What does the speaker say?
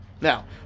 Now